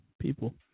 People